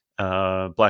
Black